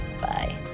bye